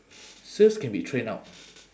sales can be train out